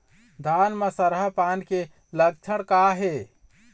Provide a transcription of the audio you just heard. धान म सरहा पान के लक्षण का हे?